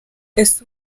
ese